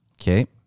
okay